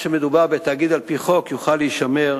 אף שמדובר בתאגיד על-פי חוק, יוכלו להישמר